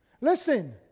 Listen